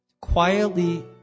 Quietly